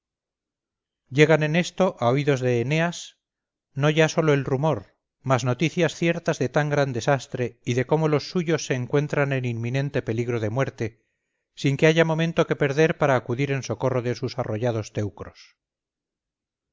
llegan en esto a oídos de eneas no ya sólo el rumor mas noticias ciertas de tan gran desastre y de cómo los suyos se encuentran en inminente peligro de muerte sin que haya momento que perder para acudir en socorro de sus arrollados teucros